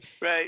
Right